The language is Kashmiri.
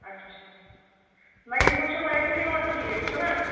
اَچھا نہ یِہُس چھُ ویسے یور ٹھیٖک چھُنا